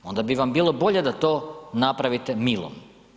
Onda bi vam bilo bolje da to napravite milom.